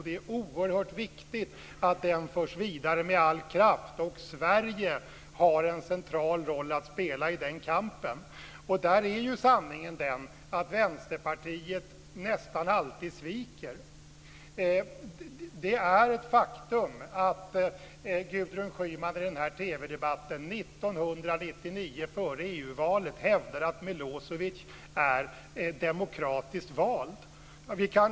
Det är oerhört viktigt att den förs vidare med all kraft. Sverige har en central roll att spela i den kampen. Där är ju sanningen den att Vänsterpartiet nästan alltid sviker. Det är ett faktum att Gudrun Schyman i TV-debatten 1999 före EU-valet hävdade att Milosevic var demokratiskt vald.